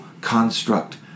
construct